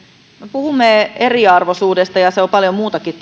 puhumme eriarvoisuudesta ja se on toki paljon muutakin